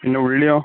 പിന്നെ ഉള്ളിയോ